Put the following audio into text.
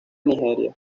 nigeria